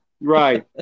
Right